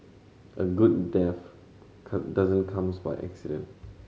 a good death cut doesn't comes by accident